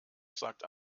sagt